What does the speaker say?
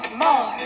more